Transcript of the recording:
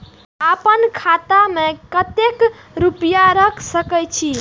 आपन खाता में केते रूपया रख सके छी?